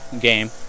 game